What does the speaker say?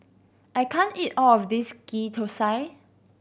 I can't eat all of this Ghee Thosai